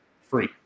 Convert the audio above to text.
free